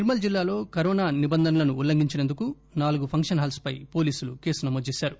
నిర్మల్ జిల్లాలో కరోనా నిబంధనలను ఉల్లంఘించినందుకు నాలుగు ఫంక్షన్ హాల్స్ పై పోలీసులు కేసు నమోదు చేశారు